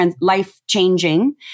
life-changing